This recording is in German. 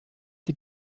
sie